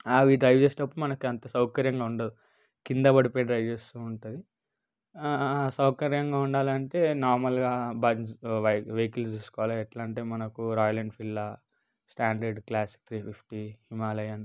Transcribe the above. అవి డ్రైవ్ చేసేటప్పుడు మనకు అంత సౌకర్యంగా ఉండవు కింద పడిపోయి డ్రైవ్ చేస్తూ ఉంటుంది సౌకర్యంగా ఉండాలంటే నార్మల్గా బైక్స్ బై వెహికల్స్ తీసుకోవాలి ఎట్లా అంటే మనకు రాయల్ ఎన్ఫీల్డ్లో standard classic three fifty Himalayan